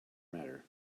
matter